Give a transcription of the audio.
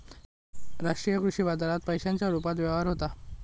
राष्ट्रीय कृषी बाजारात पैशांच्या रुपात व्यापार होता